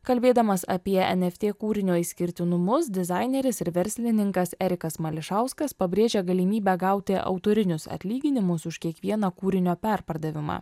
kalbėdamas apie eft kūrinio išskirtinumus dizaineris ir verslininkas erikas mališauskas pabrėžia galimybę gauti autorinius atlyginimus už kiekvieną kūrinio perpardavimą